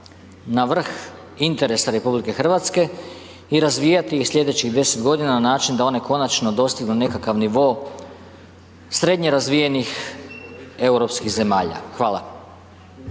na vrh interesa RH i razvijati ih sljedećih 10 godina na način da one konačno dostignu nekakav nivo srednje razvijenih europskih zemalja. Hvala.